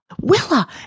Willa